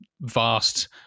vast